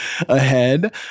ahead